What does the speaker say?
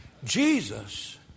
Jesus